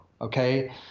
okay